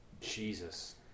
Jesus